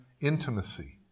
intimacy